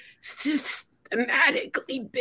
systematically